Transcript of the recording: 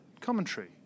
commentary